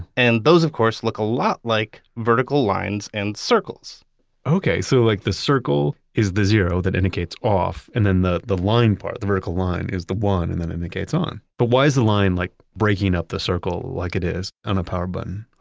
and those of course look a lot like vertical lines and circles okay. so like the circle is the zero that indicates off. and then the the line part, the vertical line is the one and indicates on. but why is the line like breaking up the circle like it is on a power button?